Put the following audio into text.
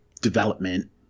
development